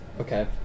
Okay